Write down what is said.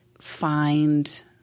find